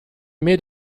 mid